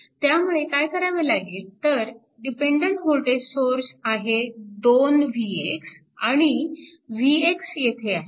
त्यामुळे काय करावे लागेल तर हा डिपेन्डन्ट वोल्टेज सोर्स आहे 2Vx आणि Vx येथे आहे